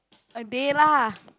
a day lah